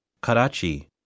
Karachi